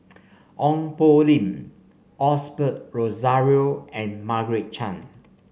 Ong Poh Lim Osbert Rozario and Margaret Chan